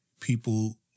people